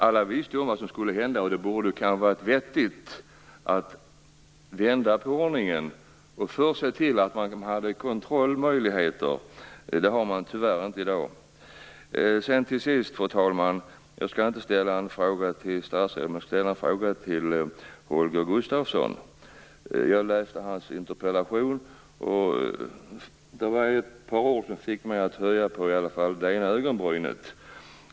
Alla visste vad som skulle hända, och det hade kanske varit vettigt att vända på ordningen och först se till att man hade kontrollmöjligheter. Det har man tyvärr inte i dag. Till sist, fru talman, har jag en fråga inte till statsrådet utan till Holger Gustafsson. Jag läste hans interpellation, och där stod ett par ord som fick mig att höja på i alla fall det ena ögonbrynet.